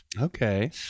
okay